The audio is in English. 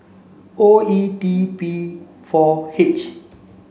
O E T B four H